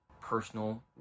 personal